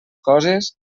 coses